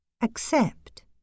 Accept